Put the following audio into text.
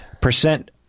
Percent